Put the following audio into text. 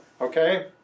okay